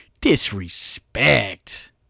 Disrespect